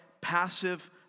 passive